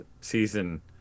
season